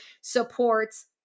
supports